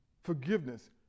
Forgiveness